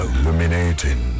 Illuminating